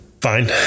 Fine